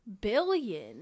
billion